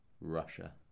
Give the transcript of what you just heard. Russia